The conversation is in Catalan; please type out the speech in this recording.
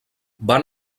van